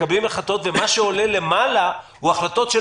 מקבלים החלטות ומה שעולה למעלה הוא החלטות של